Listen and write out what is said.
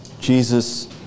Jesus